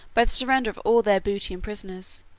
by the surrender of all their booty and prisoners,